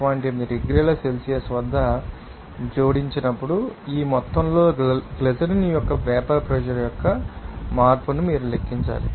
8 డిగ్రీల సెల్సియస్ వద్ద జోడించినప్పుడు ఈ మొత్తంలో గ్లిజరిన్ యొక్క వేపర్ ప్రెషర్ యొక్క మార్పును మీరు లెక్కించాలి